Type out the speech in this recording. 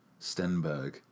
Stenberg